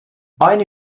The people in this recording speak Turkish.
aynı